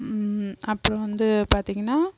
அப்புறம் வந்து பார்த்தீங்கனா